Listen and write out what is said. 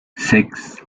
six